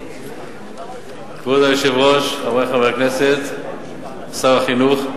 כבוד היושב-ראש, רבותי חברי הכנסת, שר החינוך,